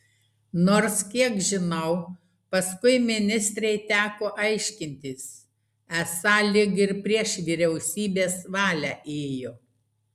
nors kiek žinau paskui ministrei teko aiškintis esą lyg ir prieš vyriausybės valią ėjo